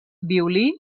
violí